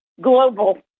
Global